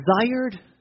desired